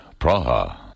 Praha